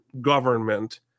government